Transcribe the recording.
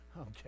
Okay